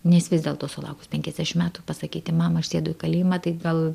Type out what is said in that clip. nes vis dėlto sulaukus penkiasdešim metų pasakyti mama aš sėdu į kalėjimą tai gal